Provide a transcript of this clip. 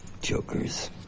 jokers